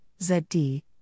ZD